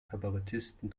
kabarettisten